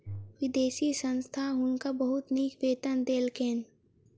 विदेशी संस्था हुनका बहुत नीक वेतन देलकैन